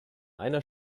einer